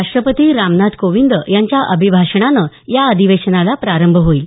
राष्ट्रपती रामनाथ कोविंद यांच्या अभिभाषणानं या अधिवेशनाला प्रारंभ होईल